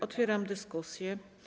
Otwieram dyskusję.